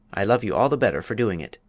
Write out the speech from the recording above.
i love you all the better for doing it!